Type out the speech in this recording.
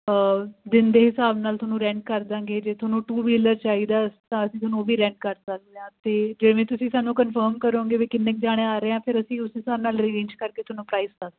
ਦਿਨ ਦੇ ਹਿਸਾਬ ਨਾਲ ਤੁਹਾਨੂੰ ਰੈਂਟ ਕਰ ਦਾਂਗੇ ਜੇ ਤੁਹਾਨੂੰ ਟੂ ਵੀਲਰ ਚਾਹੀਦਾ ਤਾਂ ਅਸੀਂ ਤੁਹਾਨੂੰ ਉਹ ਵੀ ਰੈਂਟ ਕਰ ਸਕਦੇ ਆ ਅਤੇ ਜਿਵੇਂ ਤੁਸੀਂ ਸਾਨੂੰ ਕਨਫਰਮ ਕਰੋਗੇ ਵੀ ਕਿੰਨੇ ਕੁ ਜਾਣੇ ਆ ਰਹੇ ਆ ਫਿਰ ਅਸੀਂ ਉਸ ਹਿਸਾਬ ਨਾਲ ਰੇਂਜ ਕਰਕੇ ਤੁਹਾਨੂੰ ਪ੍ਰਾਈਜ ਦੱਸ ਦਾਂਗੇ